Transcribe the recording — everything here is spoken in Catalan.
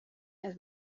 les